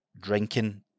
drinking